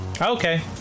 Okay